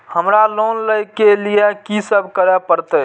हमरा लोन ले के लिए की सब करे परते?